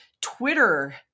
Twitter